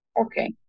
Okay